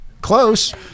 Close